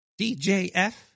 DJF